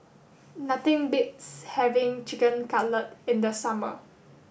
nothing beats having Chicken Cutlet in the summer